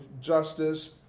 justice